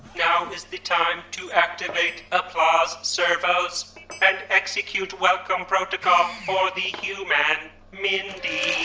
now is the time to activate applause servos and execute welcome protocol for the human mindy